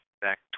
Back